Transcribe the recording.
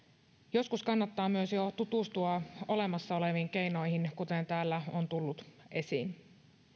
joskus kannattaa myös tutustua jo olemassa oleviin keinoihin kuten täällä on tullut esiin